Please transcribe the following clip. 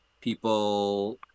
people